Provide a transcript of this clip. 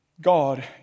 God